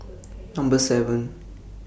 Number seven